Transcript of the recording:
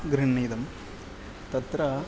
गृह्णीतं तत्र